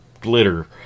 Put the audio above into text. glitter